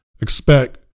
expect